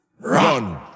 Run